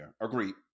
Agreed